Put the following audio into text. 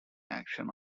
action